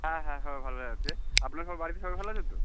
হ্যাঁ হ্যাঁ সবাই ভালো আছে আপনার সব বাড়িতে সবাই ভালো আছে তো